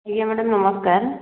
ଆଜ୍ଞା ମ୍ୟାଡାମ୍ ନମସ୍କାର